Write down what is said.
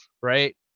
right